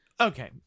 Okay